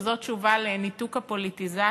וזאת תשובה לעניין הניתוק מהפוליטיזציה,